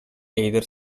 either